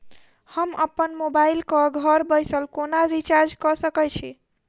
हम अप्पन मोबाइल कऽ घर बैसल कोना रिचार्ज कऽ सकय छी?